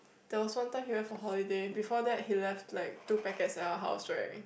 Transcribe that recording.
there was one time he went for holiday before that he left like two packets at our house right